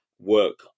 Work